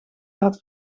had